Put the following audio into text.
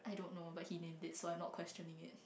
don't know but he named it so I'm not questioning it